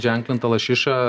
ženklinta lašiša